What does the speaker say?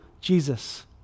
Jesus